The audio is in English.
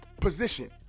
position